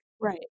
Right